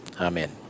Amen